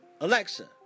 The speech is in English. Alexa